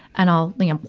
and i'll, you know,